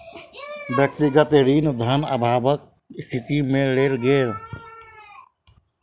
व्यक्तिगत ऋण धन अभावक स्थिति में लेल गेल